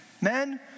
men